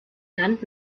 land